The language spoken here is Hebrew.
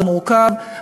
זה מורכב,